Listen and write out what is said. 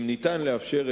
אם ניתן לאפשר,